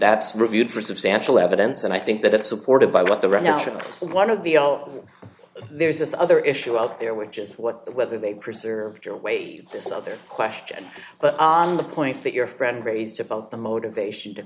that's reviewed for substantial evidence and i think that it's supported by what the right now one of the l there's this other issue out there which is what the whether they preserved or wait this other question but the point that your friend raised about the motivation to